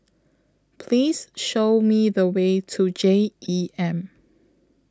Please Show Me The Way to J E M